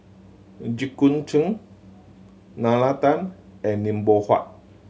Jit Koon Ch'ng Nalla Tan and Lim Loh Huat